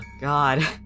God